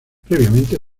previamente